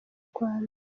rwanda